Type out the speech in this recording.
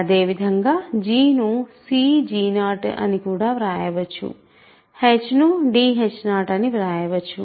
అదేవిధంగా g ను cg0 అని వ్రాయవచ్చు h ను dh0 అని వ్రాయవచ్చు